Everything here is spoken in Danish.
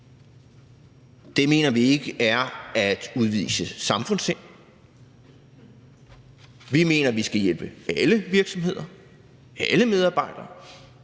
det mener vi ikke er at udvise samfundssind. Vi mener, at vi skal hjælpe alle virksomheder, alle medarbejdere,